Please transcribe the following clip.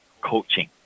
coaching